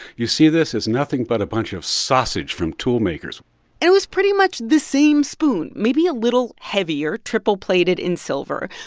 you see this? it's nothing but a bunch of sausage from toolmakers it was pretty much the same spoon, maybe a little heavier, triple plated in silver,